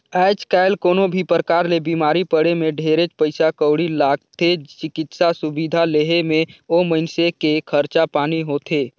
आयज कायल कोनो भी परकार ले बिमारी पड़े मे ढेरेच पइसा कउड़ी लागथे, चिकित्सा सुबिधा लेहे मे ओ मइनसे के खरचा पानी होथे